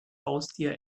haustier